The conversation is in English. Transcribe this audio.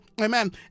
amen